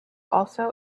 also